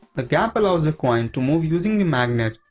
the gap allows the coin to move using the magnet,